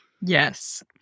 Yes